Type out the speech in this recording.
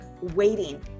waiting